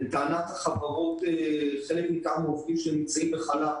לטענת החברות, חלק ניכר מהעובדים שנמצאים בחל"ת